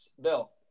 Bill